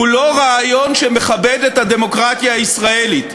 הוא לא רעיון שמכבד את הדמוקרטיה הישראלית,